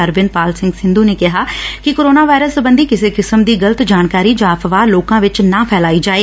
ਅਰਵਿੰਦ ਪਾਲ ਸਿੰਘ ਸੰਧੁ ਨੇ ਕਿਹਾ ਕਿ ਕੋਰੋਨਾ ਵਾਇਰਸ ਸਬੰਧੀ ਕਿਸੇ ਕਿਸਮ ਦੀ ਗਲਤ ਜਾਣਕਾਰੀ ਜਾਂ ਅਫਵਾਹ ਲੋਕਾਂ ਵਿਚ ਨਾ ਫੈਲਾਈ ਜਾਏ